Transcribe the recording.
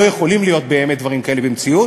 לא יכולים להיות באמת דברים כאלה במציאות,